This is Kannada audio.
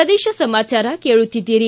ಪ್ರದೇಶ ಸಮಾಚಾರ ಕೇಳುತ್ತಿದ್ದೀರಿ